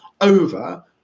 over